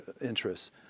interests